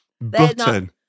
Button